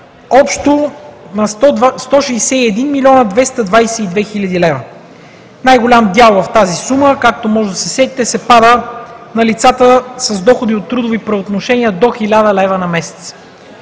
общо на 161 млн. 222 хил. лв. Най-голям дял в тази сума, както може да се сетите, се пада на лицата с доходи от трудови правоотношения до 1000 лв. на месец.